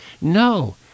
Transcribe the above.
No